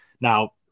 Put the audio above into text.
Now